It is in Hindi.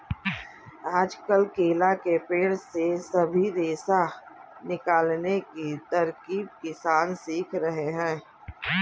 आजकल केला के पेड़ से भी रेशा निकालने की तरकीब किसान सीख रहे हैं